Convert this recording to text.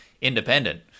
independent